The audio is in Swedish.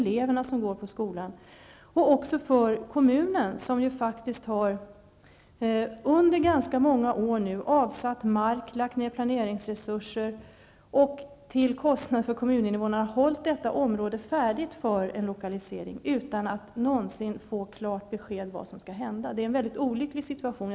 Det gäller också för kommunen, som under ganska många år haft mark och planeringsresurser avsatta och till en kostnad för kommuninvånarna hållt detta område färdigt för en lokalisering -- utan att någonsin ha fått ett klart besked om vad som skall hända. Det är en olycklig situation.